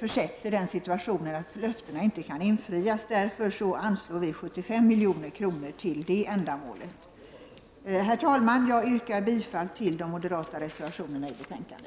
försätts i den situationen att löftena inte kan infrias. Därför anslår vi 75 milj.kr. till det ändamålet. Herr talman! Jag yrkar bifall till de moderata reservationerna till betänkandet.